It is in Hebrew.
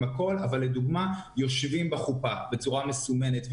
עם מוסיקה אבל יושבים בחופה בצורה מסומנת,